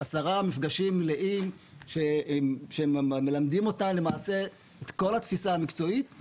עשרה מפגשים מלאים שמלמדים אותם למעשה את כל התפיסה המקצועית.